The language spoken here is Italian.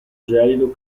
gelido